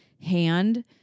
hand